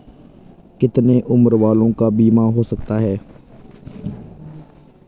कितने उम्र वालों का बीमा हो सकता है?